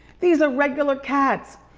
these are regular cats.